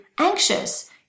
anxious